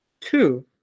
two